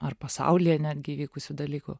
ar pasaulyje netgi įvykusių dalykų